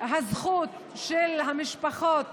זכות המשפחות